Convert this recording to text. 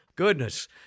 goodness